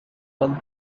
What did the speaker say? one